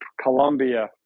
Colombia –